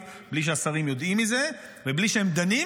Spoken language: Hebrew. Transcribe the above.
בלי שהשרים יודעים מזה ובלי שהם דנים,